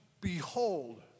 behold